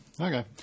Okay